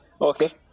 Okay